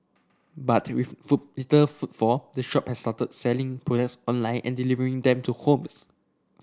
but with foot little footfall the shop has started selling products online and delivering them to homes